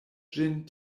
ĝin